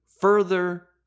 further